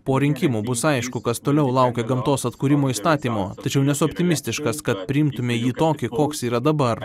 po rinkimų bus aišku kas toliau laukia gamtos atkūrimo įstatymo tačiau nesu optimistiškas kad priimtume jį tokį koks yra dabar